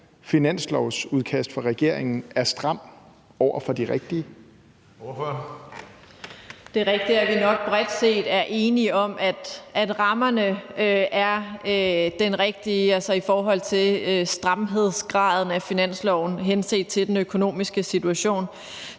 Hønge): Ordføreren. Kl. 15:17 Samira Nawa (RV): Det er rigtigt, at vi nok bredt set er enige om, at rammerne er de rigtige, altså i forhold til stramhedsgraden af finansloven henset til den økonomiske situation.